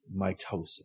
mitosis